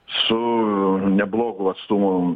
su neblogu atstumu